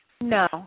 no